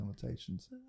connotations